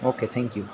okay thank you